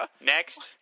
Next